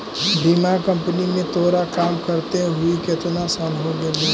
बीमा कंपनी में तोरा काम करते हुए केतना साल हो गेलो